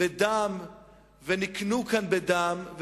בדם ונקנו כאן בדם.